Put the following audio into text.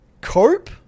cope